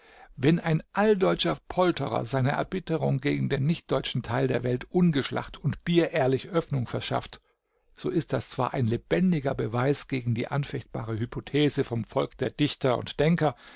wenn ein alldeutscher polterer seiner erbitterung gegen den nichtdeutschen teil der welt ungeschlacht und bierehrlich öffnung verschafft so ist das zwar ein lebendiger beweis gegen die anfechtbare hypothese vom volk der dichter und denker